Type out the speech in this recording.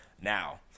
now